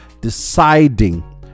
deciding